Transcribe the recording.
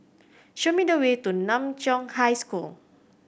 show me the way to Nan Chiau High School